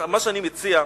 מה שאני מציע,